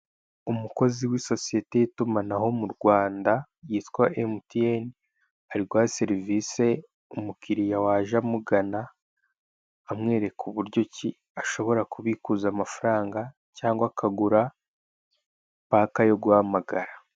Umukozi w'isosiyete y'itumanaho mu Rwanda yitwa emutiyeni ari guha serivise umukiriya waje amugana, amwereka uburyo ki ashobora kubikuza amafaranga cyangwa akagura paka yo guhamagara.